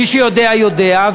מי שיודע יודע,